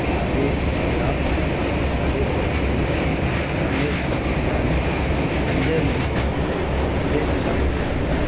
Rajesh Gera Naresh Khatri Ramesh Moolchandani Sanjay Motwani Suresh Chhabria